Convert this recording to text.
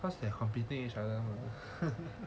cause they're competing with each other